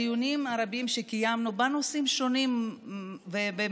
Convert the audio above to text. בדיונים הרבים שקיימנו, בנושאים שונים ומגוונים,